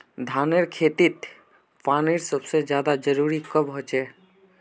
धानेर खेतीत पानीर सबसे ज्यादा जरुरी कब होचे?